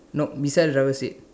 nope beside driver seat